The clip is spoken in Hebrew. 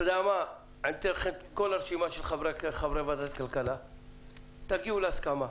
אני אעביר לכם את כל הרשימה של חברי ועדת הכלכלה ותגיעו להסכמה.